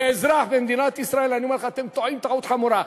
כאזרח במדינת ישראל אני אומר לך: אתם טועים טעות חמורה,